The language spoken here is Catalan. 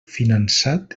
finançat